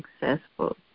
successful